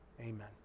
Amen